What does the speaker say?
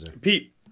Pete